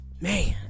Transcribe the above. man